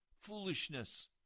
foolishness